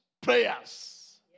prayers